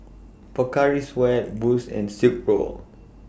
Pocari Sweat Boost and Silkpro